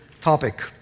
topic